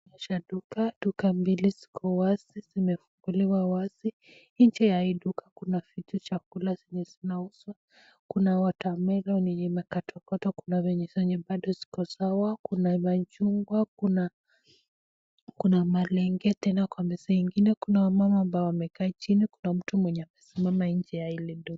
Hii ni picha ya duka. Duka mbili ziko wazi, zimefunguliwa wazi. Nje ya hii duka, kuna vitu chakula zenye zinauswa. Kuna watermelon yenye imekatokatwa, kuna venye zingine bado ziko sawa, kuna machungwa, kuna kuna malenge. Tena kwa meza ingine, kuna wamama ambao wamekaa chini. Kuna mtu mmoja amesimama nje ya hili duka.